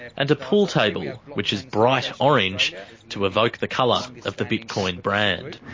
and a pool table, yeah which is bright orange to evoke the colour of the bitcoin brand.